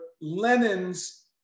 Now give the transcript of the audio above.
Lenin's